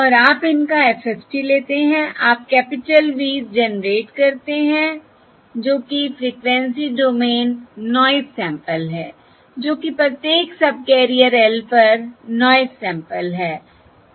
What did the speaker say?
और आप इनका FFT लेते हैं आप कैपिटल V s जेनरेट करते हैं जो कि फ्रीक्वेंसी डोमेन नॉइज़ सैंपल हैं जो कि प्रत्येक सबकेरियर l पर नॉइज़ सैंपल है